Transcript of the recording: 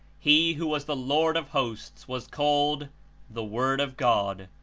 he who was the lord of hosts, was called the word of god.